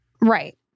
Right